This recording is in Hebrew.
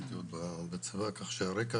כך שהרקע